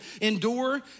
endure